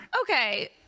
Okay